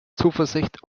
zuversicht